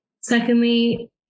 secondly